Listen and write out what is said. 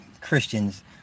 Christians